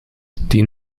die